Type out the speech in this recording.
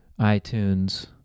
iTunes